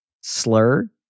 slur